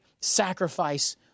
sacrifice